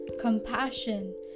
compassion